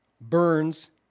Burns